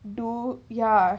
do ya